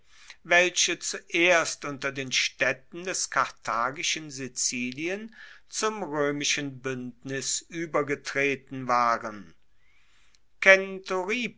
welche zuerst unter den staedten des karthagischen sizilien zum roemischen buendnis uebergetreten waren